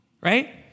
right